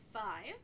five